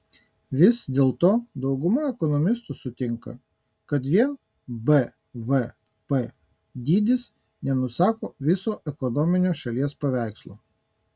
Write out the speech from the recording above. vis dėlto dauguma ekonomistų sutinka kad vien bvp dydis nenusako viso ekonominio šalies paveikslo